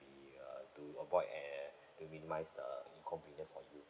will be uh to avoid and to minimise the inconvenience for you